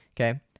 Okay